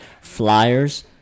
Flyers